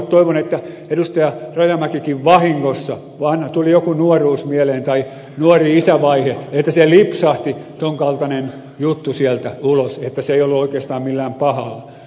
toivon että edustaja rajamäeltäkin vahingossa kun tuli nuoruus mieleen tai nuori isävaihe lipsahti tuon kaltainen juttu sieltä ulos että se ei ollut oikeastaan millään pahalla